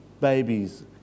babies